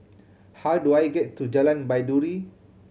how do I get to Jalan Baiduri